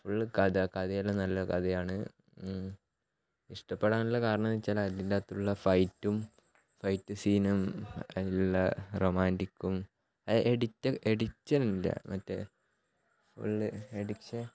full കഥ കഥയെല്ലാം നല്ല കഥയാണ് ഇഷ്ടപ്പെടാനുള്ള കാരണം എന്ന് വെച്ചാൽ അതിനകത്തുള്ള ഫൈറ്റും ഫൈറ്റ് സീനും അതിലുള്ള റൊമാൻറ്റിക്കും എഡിറ്റ് എഡിറ്റ് അല്ല മറ്റേ ഫുൾ എഡിഷൻ